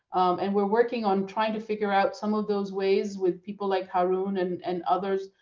and we're working on trying to figure out some of those ways with people like haroon and and others,